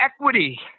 equity